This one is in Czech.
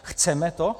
Chceme to?